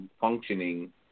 functioning